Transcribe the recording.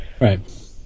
Right